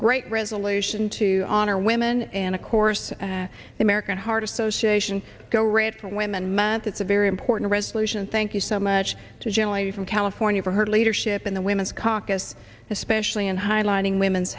great resolution to honor women and of course the american heart association go red for women man that's a very important resolution thank you so much to jelly from california for her leadership in the women's caucus especially in highlighting women's